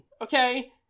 Okay